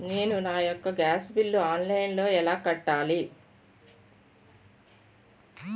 నేను నా యెక్క గ్యాస్ బిల్లు ఆన్లైన్లో ఎలా కట్టాలి?